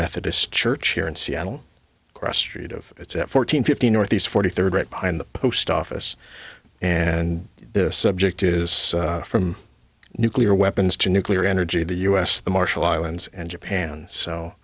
methodist church here in seattle cross street of it's at fourteen fifteen north east forty third right behind the post office and the subject is from nuclear weapons to nuclear energy the u s the marshall islands and japan so